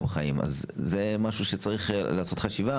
לא במסגרת